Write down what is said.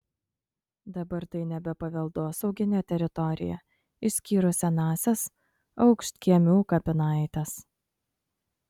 dabar tai nebe paveldosauginė teritorija išskyrus senąsias aukštkiemių kapinaites